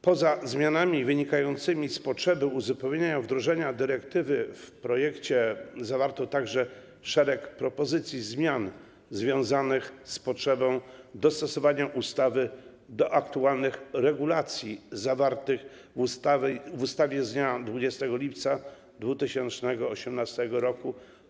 Poza zmianami wynikającymi z potrzeby uzupełnienia wdrożenia dyrektywy w projekcie zawarto także szereg propozycji zmian związanych z potrzebą dostosowania ustawy do aktualnych regulacji zawartych w ustawie z dnia 20 lipca 2018 r.